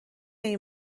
این